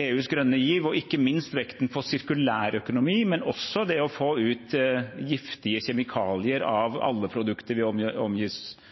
EUs grønne giv og ikke minst vekten på sirkulærøkonomi og det å få giftige kjemikalier ut av alle produkter vi omgir oss med, også klær, er en viktig del av dette. Derfor er jeg også glad for det representanten Tybring-Gjedde nettopp sa om